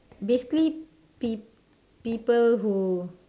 basically peo~ people who